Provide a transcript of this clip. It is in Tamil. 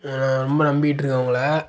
நான் ரொம்ப நம்பிகிட்டு இருக்கேன் உங்களை